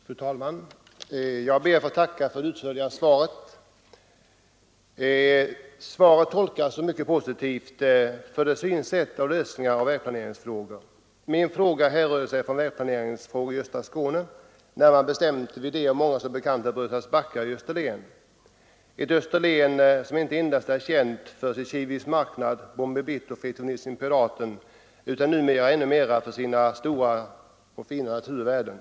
Fru talman! Jag ber att få tacka för det utförliga svaret på min interpellation. Svaret kan tolkas som mycket positivt för synsättet på lösningar av vägplaneringsfrågor. Min fråga härrörde sig från vägplaneringsfrågor i östra Skåne, närmare bestämt vid de för många så bekanta Brösarps backar i Österlen, som inte endast är känt för Kiviks marknad, Bombi Bitt och Fritjof Nilsson Piraten utan numera ännu mer för sina stora fina naturvärden.